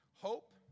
hope